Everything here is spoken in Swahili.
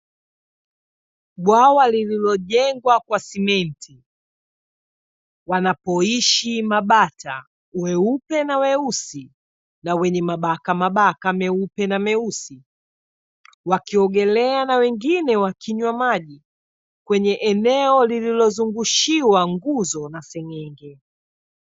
Bwawa lililojengwa kwa simenti, wanapoishi mabata weupe na weusi, na wenye mabaka mabaka meupe na meusi, wakiogelea na wengine wakinywa maji, kwenye eneo lililozungushiwa nguzo na senyenge.